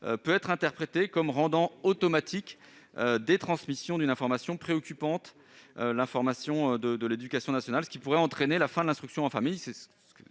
peut être interprétée comme rendant automatique, dès transmission d'une information préoccupante, l'information de l'éducation nationale, ce qui peut entraîner la fin de l'instruction en famille-